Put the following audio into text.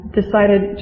decided